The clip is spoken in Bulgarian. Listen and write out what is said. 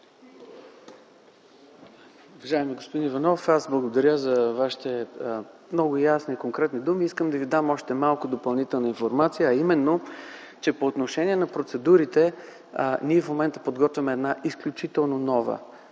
Уважаеми господин Иванов, благодаря за Вашите много ясни и конкретни думи. Искам да Ви дам още малко допълнителна информация, а именно, че по отношение на процедурите ние в момента подготвяме изключително нова,